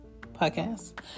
podcast